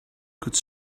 could